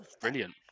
Brilliant